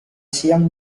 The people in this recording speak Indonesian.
siang